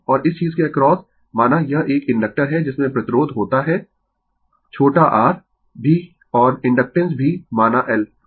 और इस चीज के अक्रॉस माना यह एक इंडक्टर है जिसमें प्रतिरोध होता है छोटा r भी और इंडक्टेन्स भी माना L